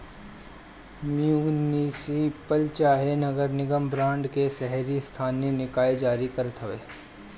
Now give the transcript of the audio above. municipal चाहे नगर निगम बांड के शहरी स्थानीय निकाय जारी करत हवे